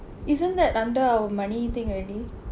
isn't that under our money thing already